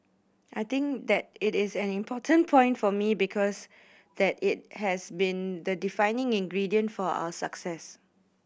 I think that it is an important point for me because that it has been the defining ingredient for our success